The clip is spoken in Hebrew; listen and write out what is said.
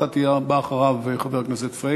אתה תהיה הבא אחריו, חבר הכנסת פריג'.